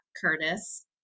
Curtis